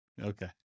Okay